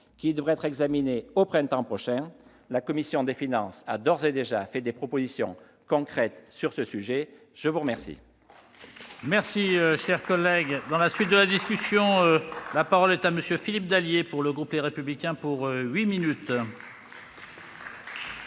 qui devrait être examiné au printemps prochain. La commission des finances a d'ores et déjà fait des propositions concrètes à ce sujet. La parole